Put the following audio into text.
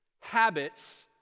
habits